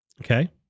okay